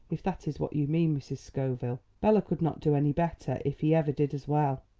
if that is what you mean, mrs. scoville. bela could not do any better if he ever did as well.